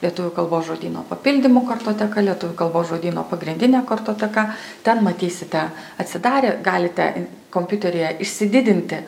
lietuvių kalbos žodyno papildymų kartoteka lietuvių kalbos žodyno pagrindinė kartoteka ten matysite atsidarę galite kompiuteryje išsididinti